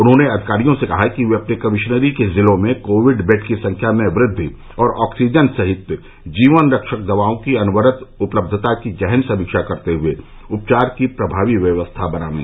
उन्होंने अधिकारियों से कहा कि ये अपनी कमिशनरी के जिलों में कोविड बेड की संख्या में वृद्धि ऑक्सीजन सहित जीवन रक्षक दवाओं की अनवरत उपलब्धता की गहन समीक्षा करते हुए उपचार की प्रभावी व्यवस्था बनाये